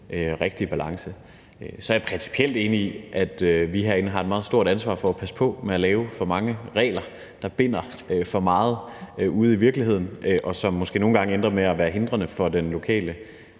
rigtige balance. Så er jeg principielt enig i, at vi herinde har et meget stort ansvar for at passe på med at lave for mange regler, der binder for meget ude i virkeligheden, og som måske nogle gange ender med at være hindrende for den lokale